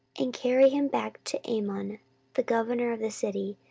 and carry him back to amon the governor of the city,